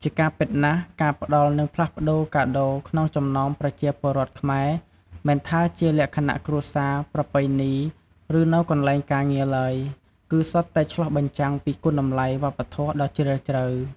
ជាការពិតណាស់ ការផ្តល់និងផ្លាស់ប្ដូរកាដូរក្នុងចំណោមប្រជាពលរដ្ឋខ្មែរ មិនថាជាលក្ខណៈគ្រួសារ ប្រពៃណី ឬនៅកន្លែងការងារឡើយ គឺសុទ្ធតែឆ្លុះបញ្ចាំងពី គុណតម្លៃវប្បធម៌ដ៏ជ្រាលជ្រៅ។